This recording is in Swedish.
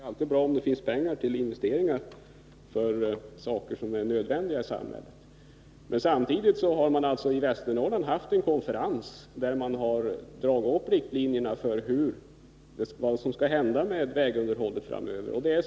1982 kommer att vara ett nordiskt turistår. Målsättningen är att åstadkomma ett ökat resande inom Norden av nordborna själva. Inte minst vill man att unga människor skall upptäcka vilket intressant resmål Norden är.